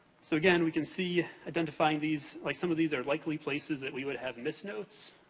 so, again, we can see, identifying these, like some of these are likely places that we would have misnotes.